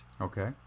Okay